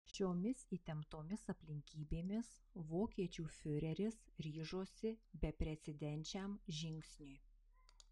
šiomis įtemptomis aplinkybėmis vokiečių fiureris ryžosi beprecedenčiam žingsniui